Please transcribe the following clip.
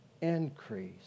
increase